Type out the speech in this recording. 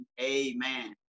amen